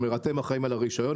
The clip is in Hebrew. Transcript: הוא אומר: אתם אחראים על הרישיון.